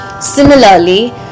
Similarly